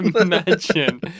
imagine